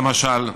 למשל,